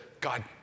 God